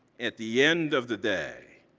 at the end of the day,